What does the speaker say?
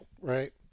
right